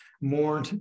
more